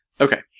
Okay